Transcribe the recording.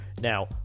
now